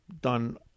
done